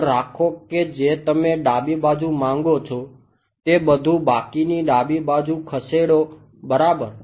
પદ રાખો કે જે તમે ડાબી બાજુ માંગો છો તે બધું બાકીની ડાબી બાજુ ખસેડો બરાબર